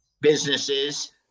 businesses